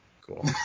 Cool